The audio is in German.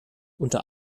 unter